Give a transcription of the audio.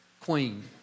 queen